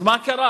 אז מה קרה,